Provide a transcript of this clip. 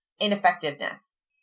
ineffectiveness